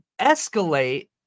escalate